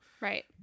right